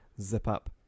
zip-up